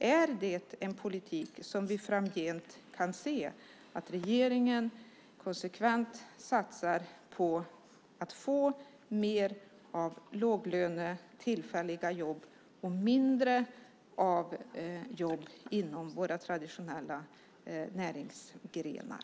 Är det alltså en politik som vi framgent kan få se att regeringen konsekvent satsar på att få mer av låglönejobb och tillfälliga jobb och mindre av jobb inom våra traditionella näringsgrenar?